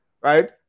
right